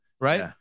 right